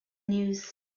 news